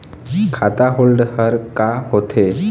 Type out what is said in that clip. खाता होल्ड हर का होथे?